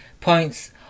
Points